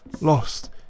lost